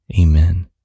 amen